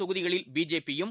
தொகுதிகளில் பிஜேபியும்